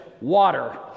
water